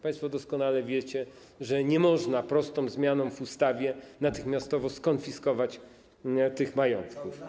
Państwo doskonale wiecie, że nie można prostą zmianą w ustawie natychmiastowo skonfiskować tych majątków.